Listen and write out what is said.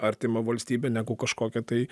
artimą valstybę negu kažkokią tai